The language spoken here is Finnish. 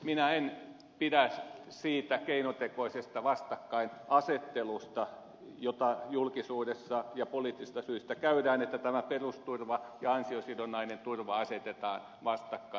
minä en pidä siitä keinotekoisesta vastakkainasettelusta jota julkisuudessa ja poliittisista syistä käydään että tämä perusturva ja ansiosidonnainen turva asetetaan vastakkain